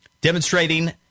demonstrating